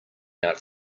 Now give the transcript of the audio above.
out